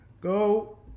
Go